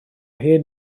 hen